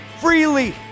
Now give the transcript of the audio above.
freely